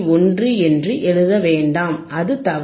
1 என்று எழுத வேண்டாம் அது தவறு